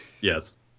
Yes